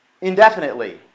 Indefinitely